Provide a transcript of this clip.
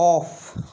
off